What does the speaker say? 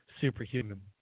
superhuman